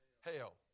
hell